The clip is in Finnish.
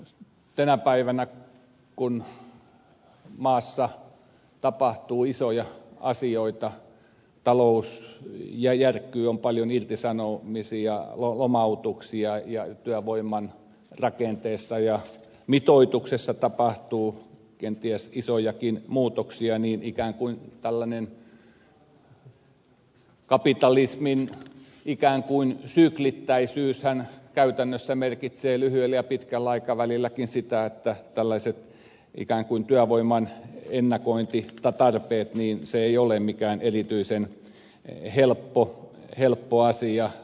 tänä päivänä kun maassa tapahtuu isoja asioita talous järkkyy on paljon irtisanomisia lomautuksia ja työvoiman rakenteessa ja mitoituksessa tapahtuu kenties isojakin muutoksia tällainen kapitalismin ikään kuin syklittäisyys käytännössä merkitsee lyhyellä ja pitkälläkin aikavälillä sitä että tällainen ikään kuin työvoiman ennakointitarve ei ole mikään erityisen helppo asia